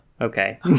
Okay